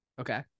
Okay